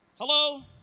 Hello